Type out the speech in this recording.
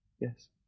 Yes